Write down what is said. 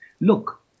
Look